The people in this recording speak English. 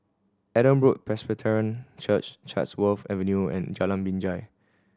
Adam Road Presbyterian Church Chatsworth Avenue and Jalan Binjai